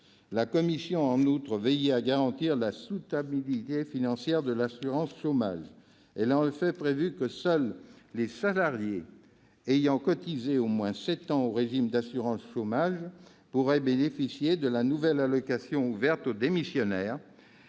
La commission a en outre veillé à garantir la soutenabilité financière pour l'assurance chômage. Elle a en effet prévu que seuls les salariés ayant cotisé au moins sept ans au régime d'assurance chômage pourront bénéficier de la nouvelle allocation ouverte aux démissionnaires